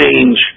change